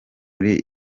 irimbi